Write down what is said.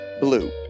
blue